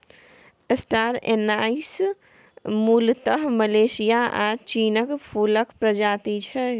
star anise मुलतः Malaysia आ चीनक फुलक प्रजाति छै